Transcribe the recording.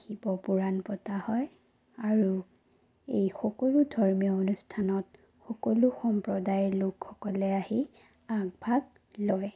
শিৱ পুৰাণ পতা হয় আৰু এই সকলো ধৰ্মীয় অনুষ্ঠানত সকলো সম্প্ৰদায়ৰ লোকসকলে আহি আগভাগ লয়